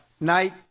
night